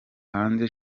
hanze